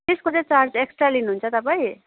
त्यसको चाहिँ charge extra लिनुहुन्छ तपाईँ